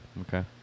Okay